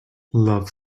love